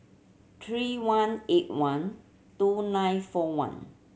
three one eight one two nine four one